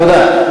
תודה.